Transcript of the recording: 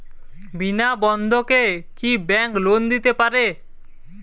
বিনা বন্ধকে কি bank loan দিতে পারে?